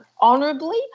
Honorably